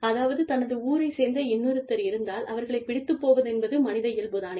அதாவது தனது ஊரைச் சேர்ந்த இன்னொருத்தர் இருந்தால் அவர்களைப் பிடித்துப் போவதென்பது மனித இயல்பு தானே